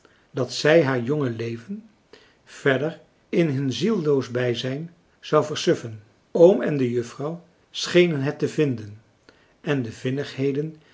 dat zij haar jonge leven verder in hun zielloos bijzijn zou verfrançois haverschmidt familie en kennissen suffen oom en de juffrouw schenen het te vinden en de